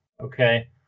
Okay